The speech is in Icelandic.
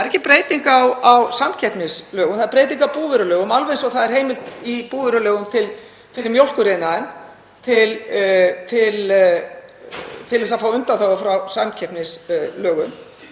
Það er ekki breyting á samkeppnislögum. Það er breyting á búvörulögum alveg eins og það er heimild í búvörulögum fyrir mjólkuriðnaðinn til að fá undanþágur frá samkeppnislögum.